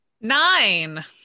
Nine